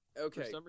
Okay